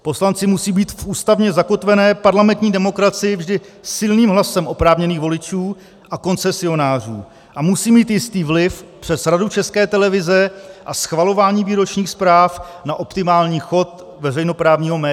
Poslanci musí být v ústavně zakotvené parlamentní demokracii vždy silným hlasem oprávněných voličů a koncesionářů a musí mít jistý vliv přes Radu České televize a schvalování výročních zpráv na optimální chod veřejnoprávního média.